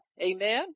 Amen